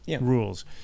rules